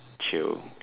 chill